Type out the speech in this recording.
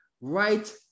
Right